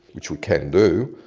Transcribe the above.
which we can do,